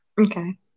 okay